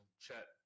chat